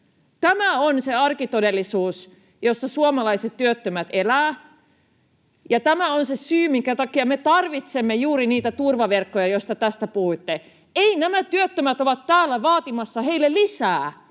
Tämä on se arkitodellisuus, jossa suomalaiset työttömät elävät, ja tämä on se syy, minkä takia me tarvitsemme juuri niitä turvaverkkoja, joista tässä puhuitte. Eivät nämä työttömät ole täällä vaatimassa heille lisää.